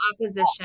opposition